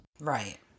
Right